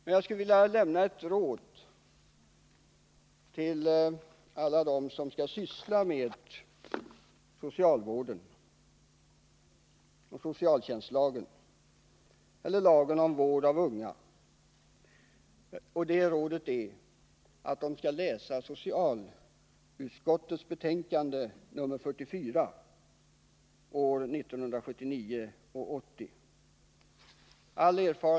Men jag skulle vilja ge ett råd till alla dem som skall syssla med socialvården och socialtjänstlagen, eller lagen om vård av unga: läs socialutskottets betänkande nr 1979/80:44.